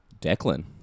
Declan